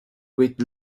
with